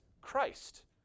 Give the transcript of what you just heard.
Christ